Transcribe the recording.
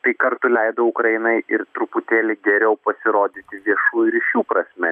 tai kartu leido ukrainai ir truputėlį geriau pasirodyti viešųjų ryšių prasme